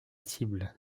cible